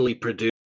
produced